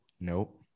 Nope